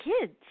kids